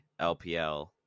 LPL